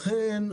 לכן,